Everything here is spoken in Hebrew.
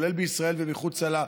בישראל ומחוצה לה,